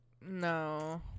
No